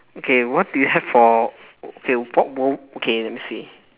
okay what do you have for okay what would okay let me see